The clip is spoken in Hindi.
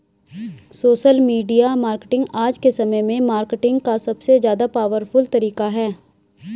सोशल मीडिया मार्केटिंग आज के समय में मार्केटिंग का सबसे ज्यादा पॉवरफुल तरीका है